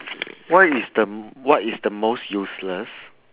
what is the mm what is the most useless